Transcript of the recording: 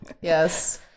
Yes